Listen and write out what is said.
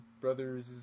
brother's